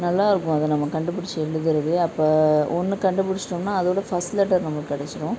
நல்லாயிருக்கும் அதை நம்ம கண்டுபிடிச்சி எழுதுறது அப்போ ஒன்று கண்டுபிடிச்சிட்டோம்னா அதோடய ஃபஸ்ட் லெட்டர் நமக்கு கிடச்சிரும்